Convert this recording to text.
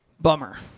Bummer